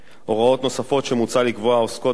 הוראות נוספות שמוצע לקבוע עוסקות בהסרת